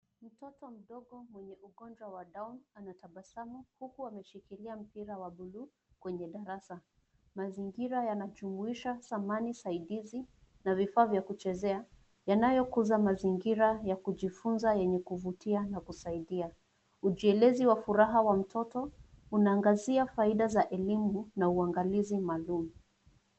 Mtoto mdogo mwenye ugonjwa wa down anatabasamu, huku ameshikilia mpira wa blue kwenye darasa. Mazingira yanajumuisha samani saidizi na vifaa vya kuchezea, yanayokuza mazingira ya kujifunza yenye kuvutia na kusaidia. Ujielezi wa furaha wa mtoto, unaangazia faida za elimu na uangalizi maalumu.